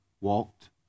walked